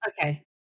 Okay